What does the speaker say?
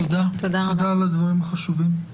תודה על הדברים החשובים.